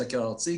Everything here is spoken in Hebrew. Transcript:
הסקר הארצי,